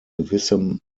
gewissem